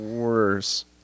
worse